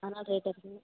ஆனால் ரேட்டு அதிகங்க